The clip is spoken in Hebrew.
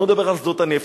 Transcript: אני לא מדבר על שדות הנפט,